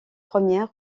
première